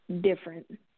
different